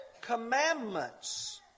commandments